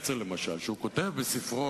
אני מחר ב-17:30, אחר-הצהריים, צריך לסדר את